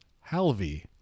halvey